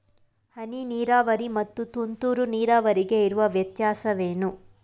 ಹನಿ ನೀರಾವರಿ ಮತ್ತು ತುಂತುರು ನೀರಾವರಿಗೆ ಇರುವ ವ್ಯತ್ಯಾಸವೇನು?